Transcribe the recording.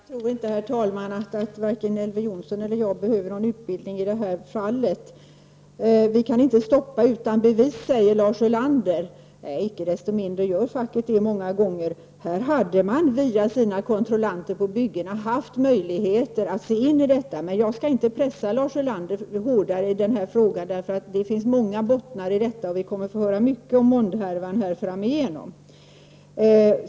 Herr talman! Jag tror inte att vare sig Elver Jonsson eller jag behöver någon utbildning i det här fallet. Vi kan inte stoppa utan bevis, säger Lars Ulander. Icke desto mindre har facket gjort det många gånger. Här hade man via sina kontrollanter på byggena haft möjlighet att gå in. Men jag skall inte pressa Lars Ulander hårdare i den här frågan, därför att det finns många bottnar i detta. Vi kommer att få höra mycket om Mondhärvan framöver.